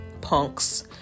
punks